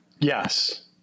Yes